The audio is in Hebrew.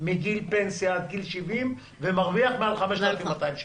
מגיל פנסיה עד גיל 70 ומרוויח מעל 5,200 שקל.